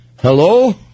Hello